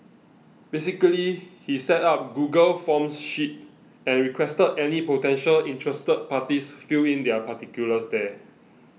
basically he set up a Google Forms sheet and requested any potentially interested parties fill in their particulars there